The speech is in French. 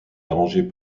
arrangées